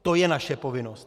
To je naše povinnost.